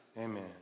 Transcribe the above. Amen